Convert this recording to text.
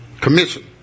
Commission